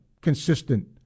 consistent